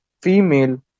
female